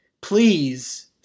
Please